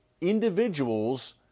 individuals